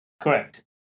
Correct